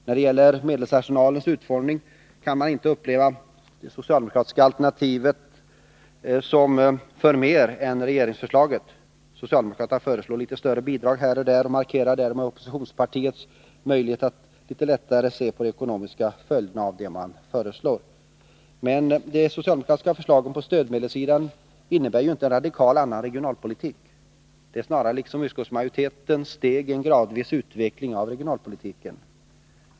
När det gäller medelsarsenalens utformning kan man inte uppleva socialdemokraternas alternativ som förmer än regeringsförslaget. Socialdemokraterna föreslår litet större bidrag här och där och markerar därmed oppositionspartiets möjlighet att se litet lättare på de ekonomiska följderna av vad man föreslår, men de socialdemokratiska förslagen på stödmedelssidan innebär inte en radikalt annorlunda regionalpolitik. De är snarare, liksom utskottsmajoritetens, steg i en gradvis utveckling av regionalpolitiken.